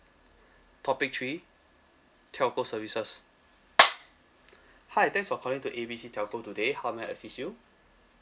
topic three telco services hi thanks for calling to A B C telco today how may I assist you